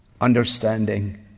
understanding